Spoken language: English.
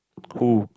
who